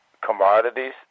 commodities